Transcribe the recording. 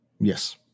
Yes